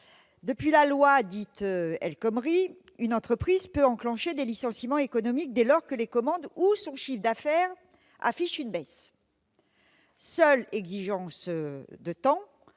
Depuis la loi dite « El Khomri », une entreprise peut enclencher des licenciements économiques dès lors que ses commandes ou son chiffre d'affaires affichent une baisse. Seule exigence, un